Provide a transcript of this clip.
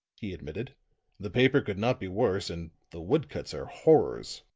he admitted the paper could not be worse and the wood cuts are horrors.